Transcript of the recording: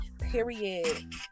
period